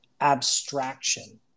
abstraction